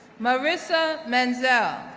marissa menzel,